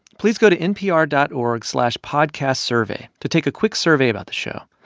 please go to npr dot org slash podcastsurvey to take a quick survey about the show.